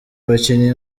abakinnyi